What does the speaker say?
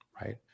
Right